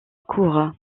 cour